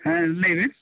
ᱦᱮᱸ ᱞᱟᱹᱭᱢᱮ